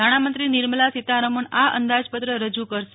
નાણામંત્રી નિર્મલા સીતારમણ આ અંદાજપત્ર રજુ કરશે